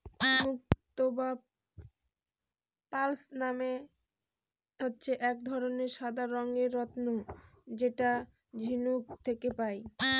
মুক্ত বা পার্লস মানে হচ্ছে এক ধরনের সাদা রঙের রত্ন যেটা ঝিনুক থেকে পায়